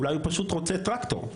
אולי הוא פשוט רוצה טרקטור.